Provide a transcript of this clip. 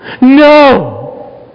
no